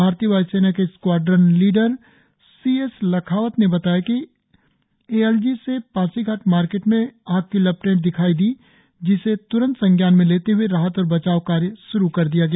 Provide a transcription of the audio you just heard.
भारतीय वायुसेना के squadron leader C S Lakhawat ने बताया कि ए एल जी से पासीघाट मार्केट क्षेत्र में आग की लपटें दिखाई दी जिसे त्रंत संज्ञान में लेते हुए राहत और बचाव कार्य श्रु कर दिया गया